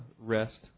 rest